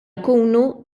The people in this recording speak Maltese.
nkunu